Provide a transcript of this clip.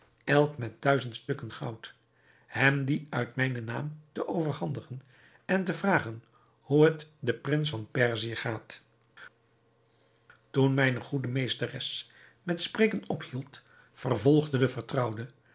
elk met duizend stukken goud hem die uit mijnen naam te overhandigen en te vragen hoe het den prins van perzië gaat toen mijne goede meesteres met spreken ophield vervolgde de vertrouwde